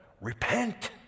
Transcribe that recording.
Repent